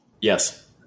Yes